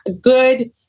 good